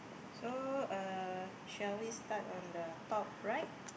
so uh shall we start on the top right